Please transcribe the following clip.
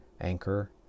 Anchor